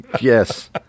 Yes